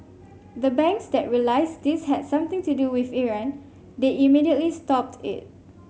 the banks that realised this had something to do with Iran they immediately stopped it